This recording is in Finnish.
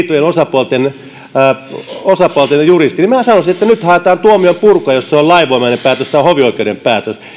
visnapuun tai näitten riitojen osapuolten juristi niin minä sanoisin että nyt haetaan tuomion purkua jos se on lainvoimainen päätös tai hovioikeuden päätös